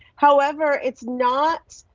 however, it's not.